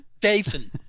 Dathan